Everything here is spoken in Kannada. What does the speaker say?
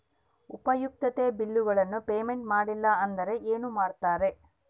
ಉಪಯುಕ್ತತೆ ಬಿಲ್ಲುಗಳ ಪೇಮೆಂಟ್ ಮಾಡಲಿಲ್ಲ ಅಂದರೆ ಏನು ಮಾಡುತ್ತೇರಿ?